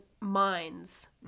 minds